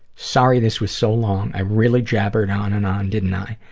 sorry this was so long. i really jabbered on and on, didn't i?